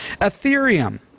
Ethereum